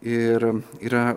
ir yra